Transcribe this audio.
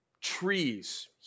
Trees